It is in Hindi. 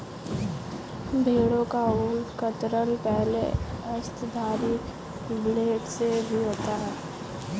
भेड़ों का ऊन कतरन पहले हस्तधारी ब्लेड से भी होता है